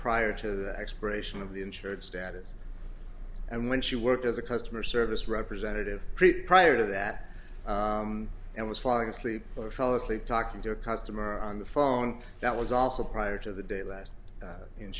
prior to the expiration of the insured status and when she worked as a customer service representative preet prior to that and was falling asleep or fell asleep talking to a customer on the phone that was also prior to the day that